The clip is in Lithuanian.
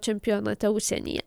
čempionate užsienyje